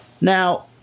Now